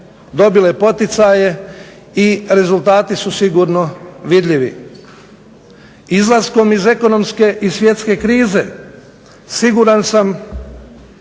dobile poticaje i rezultati su sigurno vidljivi. Izlaskom iz ekonomske i svjetske krize siguran sam